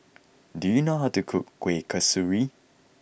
do you know how to cook Kuih Kasturi